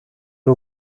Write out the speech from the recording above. die